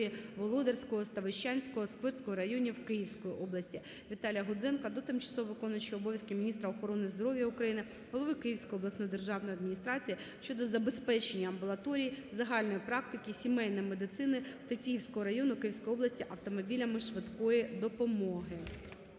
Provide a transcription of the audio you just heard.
Володарського, Ставищанського, Сквирського районів Київської області. Віталія Гудзенка до тимчасово виконуючої обов'язки міністра охорони здоров'я України, голови Київської обласної державної адміністрації щодо забезпечення амбулаторій загальної практики сімейної медицини Тетіївського району Київської області автомобілями швидкої допомоги.